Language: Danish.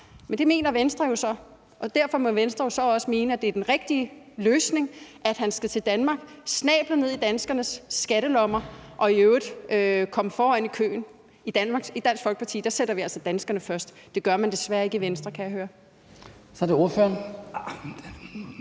Men det mener Venstre jo så at det er, og derfor må Venstre jo så også mene, at det er den rigtige løsning, at han skal til Danmark, have snablen ned i de danske skatteyderes lommer og i øvrigt komme foran i køen. I Dansk Folkeparti sætter vi altså danskerne først. Det gør man desværre ikke i Venstre, kan jeg høre. Kl. 09:57 Den